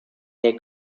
niej